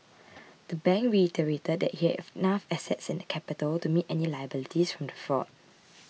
the bank reiterated that it had enough assets and capital to meet any liabilities from the fraud